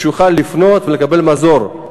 שיוכל לפנות ולקבל מזור.